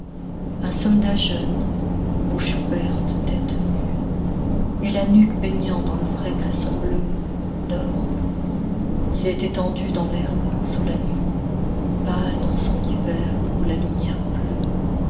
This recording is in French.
un soldat jeune bouche ouverte tête nue et la nuque baignant dans le frais cresson bleu dort il est étendu dans l'herbe sous la nue pâle dans son lit vert où la lumière pleut